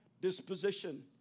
disposition